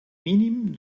mínim